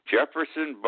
Jefferson